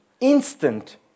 Instant